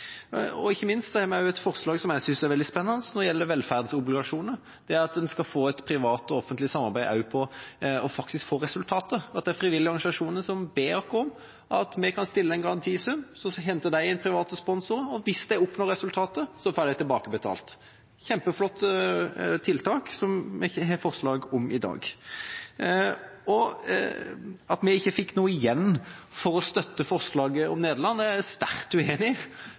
velferdsobligasjoner – der en skal få et offentlig og privat samarbeid og faktisk få resultater. De frivillige organisasjoner ber oss om at vi kan stille en garantisum, så henter de inn private sponsorer, og hvis de oppnår resultater, får de tilbakebetalt – et kjempeflott tiltak, som vi har forslag til vedtak om i dag. At vi ikke får noe igjen for å støtte forslaget om Nederland, er jeg sterkt uenig